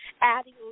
adding